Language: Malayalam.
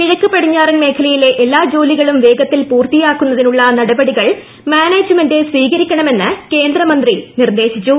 കിഴക്കൻ പടിഞ്ഞാറൻ മേഖലയിലെ എല്ലാ ജോലികളും വേഗത്തിൽ പൂർത്തിയാക്കുന്നതിനുള്ള നടപടികൾ മാനേജ്മെന്റ് സ്വീകരിക്കണമെന്ന് കേന്ദ്രമന്ത്രി നിർദേശിച്ചു